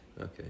Okay